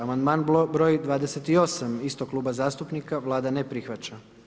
Amandman broj 28 istog kluba zastupnika, Vlada ne prihvaća.